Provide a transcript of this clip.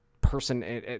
person